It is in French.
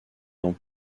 dans